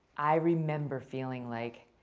i remember feeling like